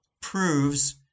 proves